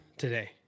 today